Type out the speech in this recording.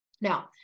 Now